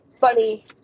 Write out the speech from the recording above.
funny